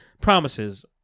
Promises